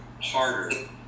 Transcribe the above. harder